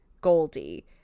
Goldie